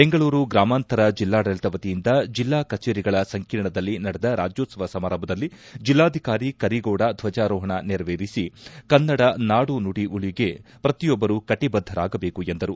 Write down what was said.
ಬೆಂಗಳೂರು ಗ್ರಾಮಾಂತರ ಜಿಲ್ಲಾಡಳಿತ ವತಿಯಿಂದ ಜಿಲ್ಲಾ ಕಚೇರಿಗಳ ಸಂಕೀರ್ಣದಲ್ಲಿ ನಡೆದ ರಾಜ್ಯೋತ್ಸವ ಸಮಾರಂಭದಲ್ಲಿ ಜಿಲ್ಲಾಧಿಕಾರಿ ಕರಿಗೌಡ ದ್ವಜಾರೋಪಣ ನೆರವೇರಿಸಿ ಕನ್ನಡ ನಾಡು ನುಡಿ ಉಳಿವಿಗೆ ಪ್ರತಿಯೊಬ್ಬರು ಕಟಿಬದ್ದರಾಗಬೇಕು ಎಂದರು